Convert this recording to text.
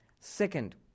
Second